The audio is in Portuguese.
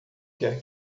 quer